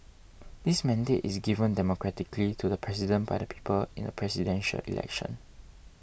this mandate is given democratically to the president by the people in the Presidential Election